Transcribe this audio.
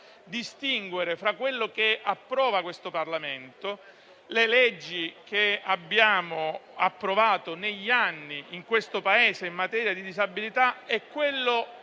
distinguere fra quello che approva il Parlamento, le leggi che abbiamo approvato negli anni nel Paese in materia di disabilità e quello